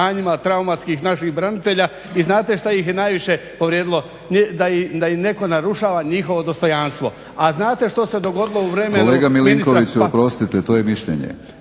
Kolega Milinkoviću, oprostite to je mišljenje.